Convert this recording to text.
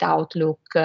Outlook